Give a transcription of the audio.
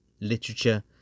literature